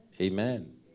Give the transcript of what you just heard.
amen